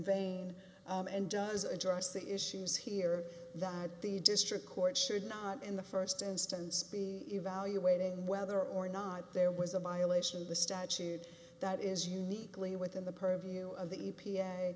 vein and does address the issues here that the district court should not in the first instance be evaluating whether or not there was a violation of the statute that is uniquely within the purview of the e